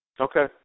Okay